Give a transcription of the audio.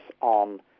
on